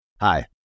Hi